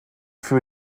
für